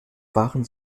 waren